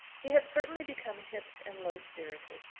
he had certainly become hipped and low-spirited,